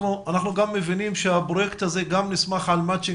אנחנו מבינים שהפרויקט הזה נסמך על מצ'ינג